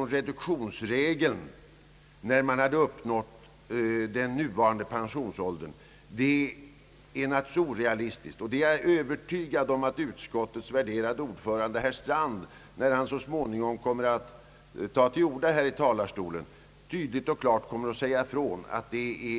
av reduktionsregeln efter uppnådd ordinarie pensionsålder, är orealistiskt. Jag är säker på att utskottets värderade ordförande herr Strand, när han så småningom tar till orda, klart och tydligt kommer att säga ifrån detta.